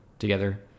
Together